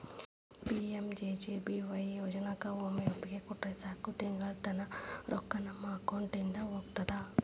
PMJJBY ಯೋಜನಾಕ ಒಮ್ಮೆ ಒಪ್ಪಿಗೆ ಕೊಟ್ರ ಸಾಕು ತಿಂಗಳಾ ತಾನ ರೊಕ್ಕಾ ನಮ್ಮ ಅಕೌಂಟಿದ ಹೋಗ್ತದ